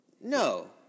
No